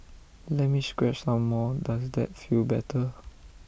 let me scratch some more does that feel better